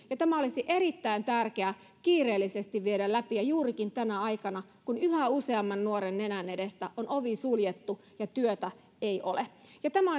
tämä olisi erittäin tärkeä kiireellisesti viedä läpi ja juurikin tänä aikana kun yhä useamman nuoren nenän edestä on ovi suljettu ja työtä ei ole tämä